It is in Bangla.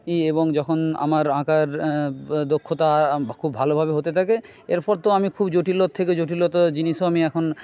এবং যখন আমার আঁকার দক্ষতা খুব ভালোভাবে হতে থাকে এরপর তো আমি খুব জটিল থেকে জটিলতর জিনিসও আমি এখন